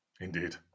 Indeed